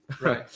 Right